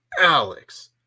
Alex